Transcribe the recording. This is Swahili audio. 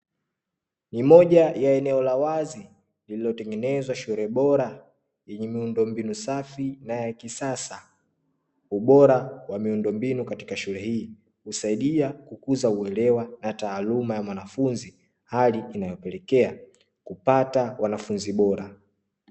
Ni moja ya eneo la wazi lililotengenezwa shule bora yenye miundombinu safi na ya kisasa. Ubora wa miundombinu katika shule hii husaidia kukuza uelewa na taaluma ya mwanafunzi hali inayopelekea kupata wanafunzi bora.